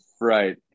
Right